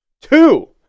Two